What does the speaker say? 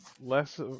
less